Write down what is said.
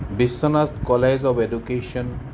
Biswanath college of education